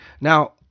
Now